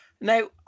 Now